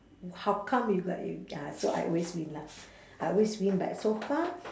how come you got you ya so I always win lah I always win but so far